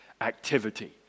activity